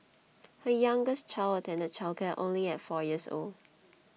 her youngest child attended childcare only at four years old